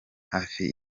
hafi